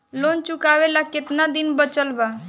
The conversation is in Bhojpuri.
लोन चुकावे ला कितना दिन बचल बा?